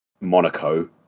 Monaco